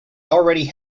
already